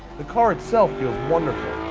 the car itself feels wonderful.